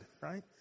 right